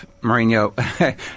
Mourinho